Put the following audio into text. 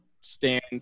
stand